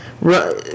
run